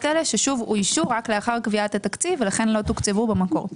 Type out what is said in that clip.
האלה שאוישו רק לאחר קביעת התקציב ולכן לא תוקצבו במקור.